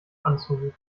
anzurufen